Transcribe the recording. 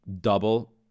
double